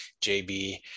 JB